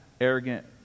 arrogant